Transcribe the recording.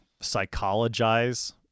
psychologize